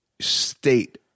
state